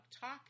Talk